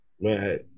Man